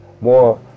more